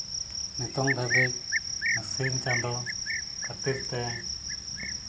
ᱱᱤᱛᱚᱝ ᱫᱷᱟᱹᱵᱤᱡ ᱥᱤᱧ ᱪᱟᱸᱫᱚ ᱠᱷᱟᱹᱛᱤᱨ ᱛᱮ